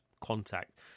contact